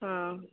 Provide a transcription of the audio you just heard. ஆ